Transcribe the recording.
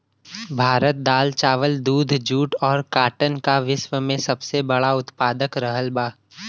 भारत दाल चावल दूध जूट और काटन का विश्व में सबसे बड़ा उतपादक रहल बा